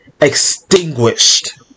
extinguished